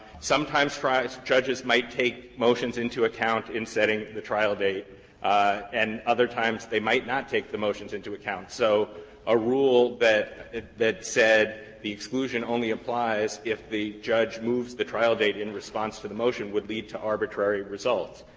sometimes trial judges might take motions into account in setting the trial date and other times they might not take the motions into account. so a rule that that said the exclusion only applies if the judge moves the trial date in response to the motion would lead to arbitrary results.